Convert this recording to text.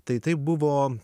tai tai buvo